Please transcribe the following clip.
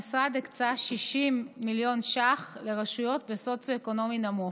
המשרד הקצה 60 מיליון שקל לרשויות בדירוג סוציו-אקונומי נמוך.